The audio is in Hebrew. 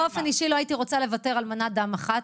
באופן אישי לא הייתי רוצה לוותר על מנת דם אחת.